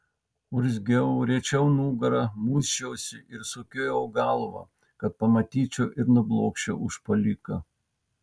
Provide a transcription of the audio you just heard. urzgiau riečiau nugarą muisčiausi ir sukiojau galvą kad pamatyčiau ir nublokščiau užpuoliką